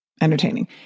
entertaining